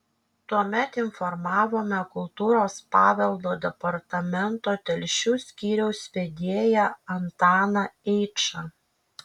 tuomet informavome kultūros paveldo departamento telšių skyriaus vedėją antaną eičą